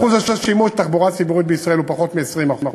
השימוש בתחבורה ציבורית בישראל הוא פחות מ-20%,